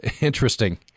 Interesting